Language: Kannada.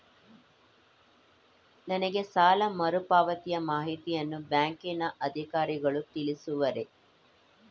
ನನಗೆ ಸಾಲ ಮರುಪಾವತಿಯ ಮಾಹಿತಿಯನ್ನು ಬ್ಯಾಂಕಿನ ಅಧಿಕಾರಿಗಳು ತಿಳಿಸುವರೇ?